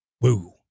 Woo